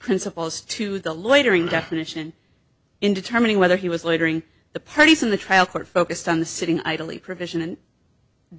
principles to the loitering definition in determining whether he was loitering the parties in the trial court focused on the sitting idly provision and